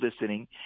listening